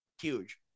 huge